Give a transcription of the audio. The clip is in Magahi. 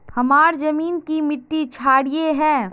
हमार जमीन की मिट्टी क्षारीय है?